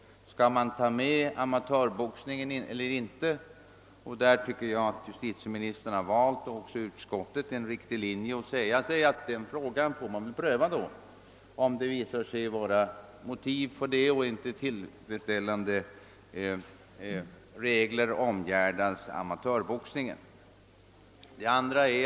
Skall man ta med amatörboxningen eller inte? Där tycker jag att justitieministern och även utskottet har valt en riktig linje då de säger att man får pröva den frågan, om dei visar sig att motiv för detta finns och amatörboxningen inte omgärdas med tillfredsställande regler.